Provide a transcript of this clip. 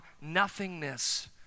nothingness